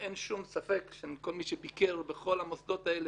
ואין שום ספק שכל מי שביקר בכל המוסדות האלה